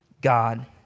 God